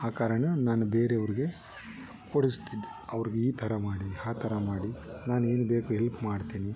ಆ ಕಾರಣ ನಾನು ಬೇರೆಯವ್ರಿಗೆ ಕೊಡಿಸ್ತಿದ್ದೆ ಅವ್ರ್ಗೆ ಈ ಥರ ಮಾಡಿ ಆ ಥರ ಮಾಡಿ ನಾನು ಏನು ಬೇಕು ಎಲ್ಪ್ ಮಾಡ್ತೀನಿ